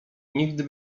nikt